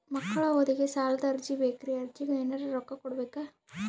ಮಕ್ಕಳ ಓದಿಗಿ ಸಾಲದ ಅರ್ಜಿ ಬೇಕ್ರಿ ಅರ್ಜಿಗ ಎನರೆ ರೊಕ್ಕ ಕೊಡಬೇಕಾ?